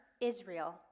Israel